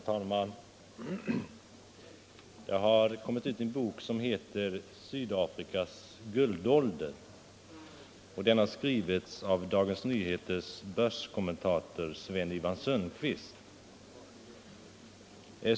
Herr talman! Det har kommit ut en bok som heter Sydafrikas guldålder. Den har skrivits av Dagens Nyheters börskommentator Sven-Ivan Sundqvist.